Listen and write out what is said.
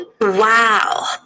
Wow